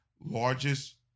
largest